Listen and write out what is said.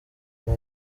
kwa